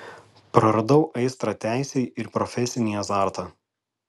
praradau aistrą teisei ir profesinį azartą